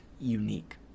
unique